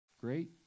great